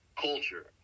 culture